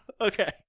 Okay